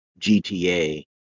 GTA